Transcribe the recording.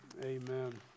amen